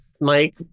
Mike